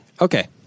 okay